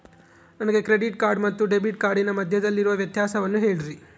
ನನಗೆ credit card ಮತ್ತು debit ಕಾರ್ಡಿನ ಮಧ್ಯದಲ್ಲಿರುವ ವ್ಯತ್ಯಾಸವನ್ನು ಹೇಳ್ರಿ?